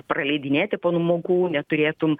praleidinėti pamokų neturėtum